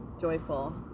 joyful